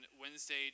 Wednesday